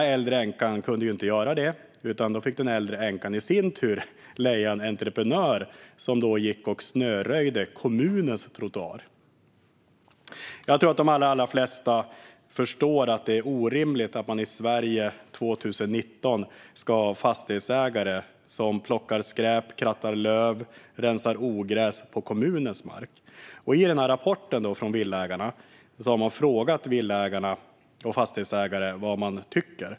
Änkan kunde inte göra detta utan fick i sin tur leja en entreprenör som snöröjde kommunens trottoar. Jag tror att de allra flesta förstår att det är orimligt att det i Sverige 2019 är fastighetsägare som ska plocka skräp, kratta löv och rensa ogräs på kommunens mark. I rapporten från Villaägarna har man frågat villaägare och fastighetsägare vad de tycker.